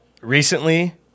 Recently